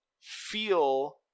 feel